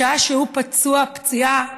בשעה שהוא פצוע פציעה קשה,